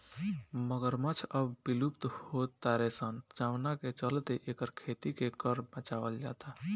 मगरमच्छ अब विलुप्त हो तारे सन जवना चलते एकर खेती के कर बचावल जाता